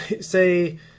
say